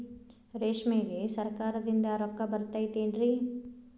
ರೇಷ್ಮೆಗೆ ಸರಕಾರದಿಂದ ರೊಕ್ಕ ಬರತೈತೇನ್ರಿ?